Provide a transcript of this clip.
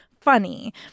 funny